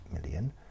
million